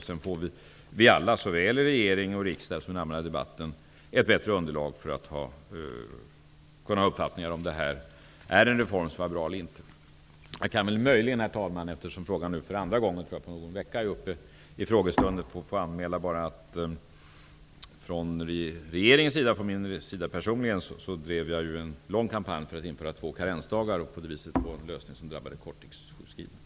Sedan får vi alla, såväl i regering och i riksdag som i den allmänna debatten, ett bättre underlag för att kunna ha en uppfattning om detta är en bra reform eller inte. Herr talman! Eftersom frågan är uppe till debatt för andra gången på kort tid ber jag att få anmäla att regeringen och jag personligen bedrev en lång kampanj för att man skulle införa två karensdagar och på det viset få en lösning som drabbade korttidssjukskrivna.